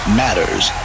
matters